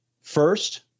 first